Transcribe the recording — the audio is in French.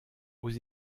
aux